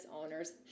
owners